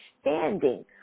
standing